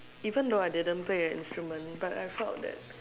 even though I didn't play an instrument but I felt that